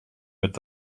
met